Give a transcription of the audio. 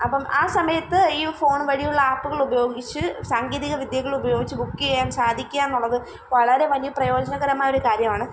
അപ്പം ആ സമയത്ത് ഈ ഫോണ് വഴിയുള്ള ആപ്പുകളുപയോഗിച്ച് സാങ്കേതിക വിദ്യകളുപയോഗിച്ച് ബുക്ക് ചെയ്യാൻ സാധിക്കുകയെന്നുള്ളത് വളരെ വലിയ പ്രയോജനകരമായൊരു കാര്യമാണ്